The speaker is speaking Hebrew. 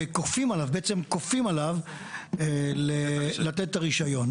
וכופים עליו, בעצם כופים עליו לתת את הרישיון.